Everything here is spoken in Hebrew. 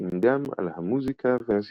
כי אם גם על המוזיקה והספרות.